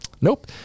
Nope